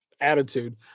attitude